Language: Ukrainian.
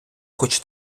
хоч